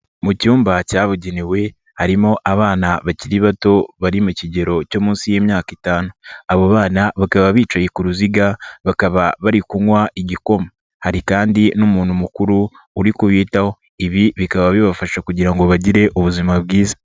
Mu cyumba cyabugenewe harimo abana bakiri bato bari mu kigero cyo munsi y'imyaka itanu. Abo bana bakaba bicaye ku ruziga bakaba bari kunywa igikoma. Hari kandi n'umuntu mukuru uri kubitaho. Ibi bikaba bibafasha kugira ngo bagire ubuzima bwiza.